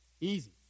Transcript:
Easy